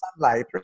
sunlight